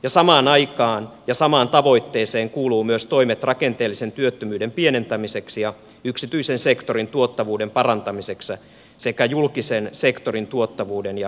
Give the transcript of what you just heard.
ja samaan aikaan ja samaan tavoitteeseen kuuluvat myös toimet rakenteellisen työttömyyden pienentämiseksi ja yksityisen sektorin tuottavuuden parantamiseksi sekä julkisen sektorin tuottavuuden ja tuloksellisuuden vahvistamiseksi